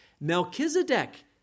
Melchizedek